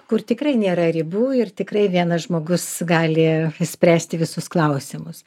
kur tikrai nėra ribų ir tikrai vienas žmogus gali išspręsti visus klausimus